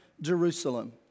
Jerusalem